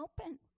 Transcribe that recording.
open